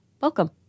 Welcome